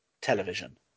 television